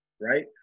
right